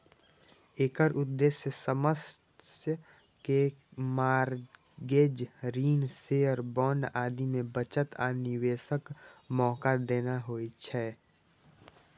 एकर उद्देश्य सदस्य कें मार्गेज, ऋण, शेयर, बांड आदि मे बचत आ निवेशक मौका देना होइ छै